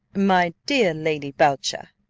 my dear lady boucher,